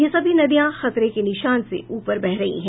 ये सभी नदियां खतरे के निशान से ऊपर बह रही हैं